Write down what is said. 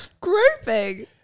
Grouping